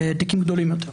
תיקים גדולים יותר.